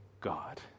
God